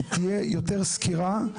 היא תהיה יותר סקירה.